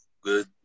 Good